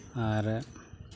ᱟᱨ